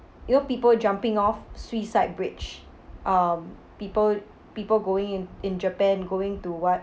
you know people jumping off suicide bridge um people people going in in japan going to what